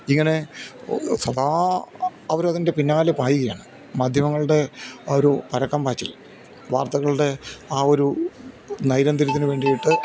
ഇങ്ങനെ സദാ അവരതിൻ്റെ പിന്നാലെ പായുകയാണ് മാധ്യമങ്ങളുടെ ഒരു പരക്കംപാച്ചിൽ വാർത്തകളുടെ ആ ഒരു നൈരന്തര്യത്തിന് വേണ്ടിയിട്ട്